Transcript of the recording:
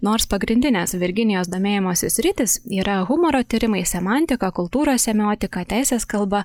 nors pagrindinės virginijos domėjimosi sritys yra humoro tyrimai semantika kultūros semiotika teisės kalba